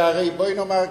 שהרי בואי נאמר ככה: